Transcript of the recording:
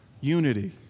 unity